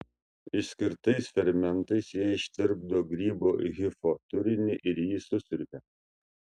išskirtais fermentais jie ištirpdo grybo hifo turinį ir jį susiurbia